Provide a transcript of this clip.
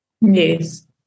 Yes